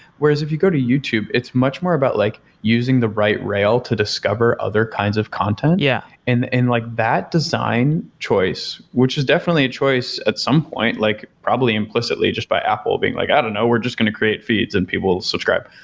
whereas if you go to youtube, it's much more about like using the right rail to discover other kinds of content, yeah and like that design choice, which is definitely a choice at some point, like probably implicitly just by apple being like, i don't know. we're just going to create feeds and people will subscribe.